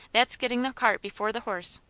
that's getting the cart before the horse.